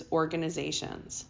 organizations